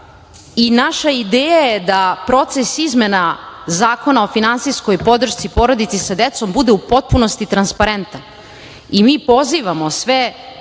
i naša ideja je da proces izmena Zakona o finansijskoj podršci porodici sa decom bude u potpunosti transparentan i mi pozivamo sve